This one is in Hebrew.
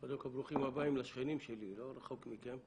קודם כל ברואים הבאים לשכנים שלי, לא רחוק מכם,